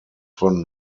von